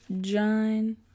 john